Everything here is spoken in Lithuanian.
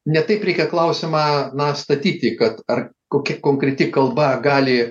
ne taip reikia klausimą na statyti kad ar kokia konkreti kalba gali